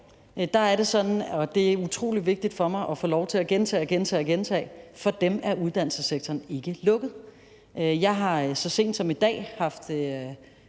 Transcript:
sager, er det sådan – og det er utrolig vigtigt for mig at få lov til at gentage og gentage – at uddannelsessektoren ikke er lukket. Jeg har så sent som i dag haft